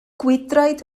gwydraid